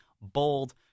Bold